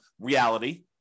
reality